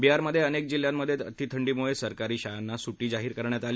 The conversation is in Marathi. बिहारमध्ये अनेक जिल्ह्यांमध्ये अतिथंडीम्ळे सरकारी शाळांना स्ट्टी जाहीर करण्यात आली